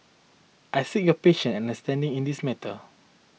I seek your patience and understanding on this matter